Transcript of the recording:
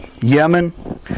Yemen